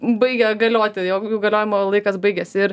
baigia galioti jų galiojimo laikas baigiasi ir